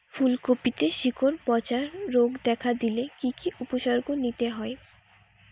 ফুলকপিতে শিকড় পচা রোগ দেখা দিলে কি কি উপসর্গ নিতে হয়?